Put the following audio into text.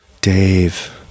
Dave